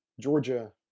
Georgia